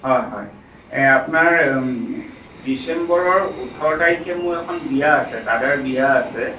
হয় হয় আপোনাৰ ডিচেম্বৰৰ ওঠৰ তাৰিখে মোৰ এখন বিয়া আছে দাদাৰ বিয়া আছে